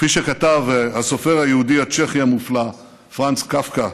כפי שכתב הסופר היהודי הצ'כי המופלא פרנץ קפקא: